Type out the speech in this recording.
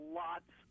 lots